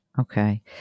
Okay